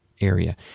area